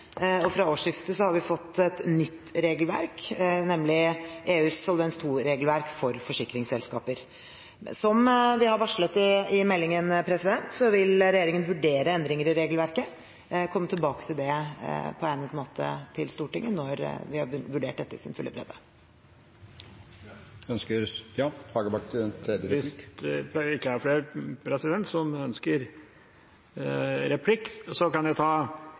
og fra årsskiftet har vi fått et nytt regelverk, nemlig EUs Solvens II-regelverk for forsikringsselskaper. Som vi har varslet i meldingen, vil regjeringen vurdere endringer i regelverket. Jeg vil komme tilbake til det på egnet måte i Stortinget når vi har vurdert dette i sin fulle bredde. Ønsker representanten Hagebakken en tredje replikk? Ja, hvis det ikke er flere som ønsker replikk, kan jeg ta